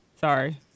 sorry